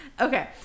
okay